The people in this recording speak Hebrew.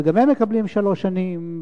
וגם הם מקבלים שלוש שנים,